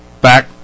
back